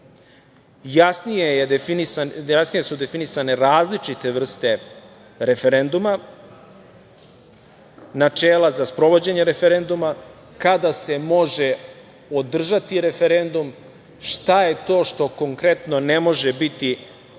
Jasnije su definisane različite vrste referenduma, načela za sprovođenje referenduma kada se može održati referendum, šta je to što konkretno ne može biti